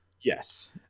Yes